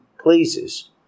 pleases